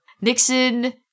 Nixon